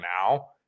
now